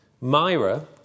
Myra